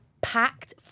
packed